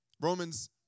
Romans